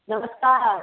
नमस्कार